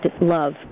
love